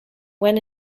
went